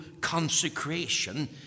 consecration